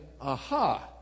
Aha